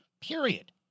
period